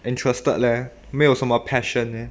interested leh 没有什么 passion leh